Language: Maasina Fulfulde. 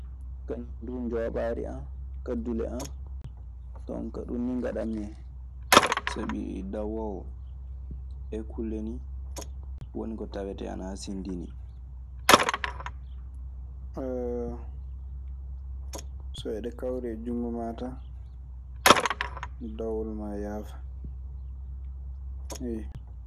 Kañun duu njoɓaari an, kaddule an. Toon kaa ɗun nii ngaɗan mi hen. Sabi dawoowo, ɗee kulle nii woni ko tawetee ana hasindinii. So eɗe kawri e junngo maa tan, dawol maa yaafan. Eyyo.